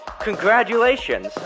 Congratulations